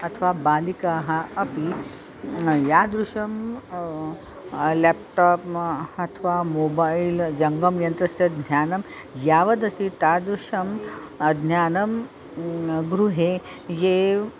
अथवा बालिकाः अपि यादृशं लेप्टाप् म अथवा मोबैल् जङ्गमयन्त्रस्य ज्ञानं यावदस्ति तादृशं ज्ञानं गृहे एव